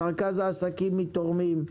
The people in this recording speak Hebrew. את רכז העסקים מתורמים,